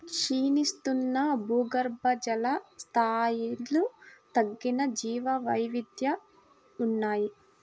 క్షీణిస్తున్న భూగర్భజల స్థాయిలు తగ్గిన జీవవైవిధ్యం ఉన్నాయి